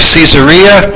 Caesarea